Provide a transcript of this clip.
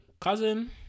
cousin